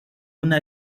una